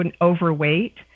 overweight